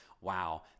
Wow